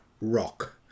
rock